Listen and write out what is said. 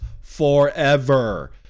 forever